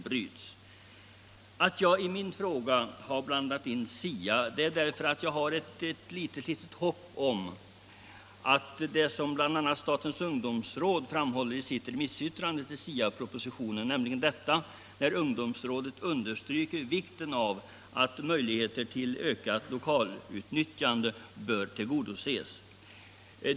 Anledningen till att jag i min fråga blandat in SIA är att jag har ett litet hopp om att en framkomlig väg skall vara den som bl.a. statens ungdomsråd pekar på i sitt remissyttrande om SIA-propositionen när ungdomsrådet understryker vikten av att möjligheten till ökat lokalutnyttjande kan tillgodoses.